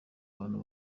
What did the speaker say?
bantu